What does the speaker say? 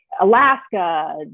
Alaska